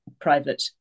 private